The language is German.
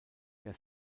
der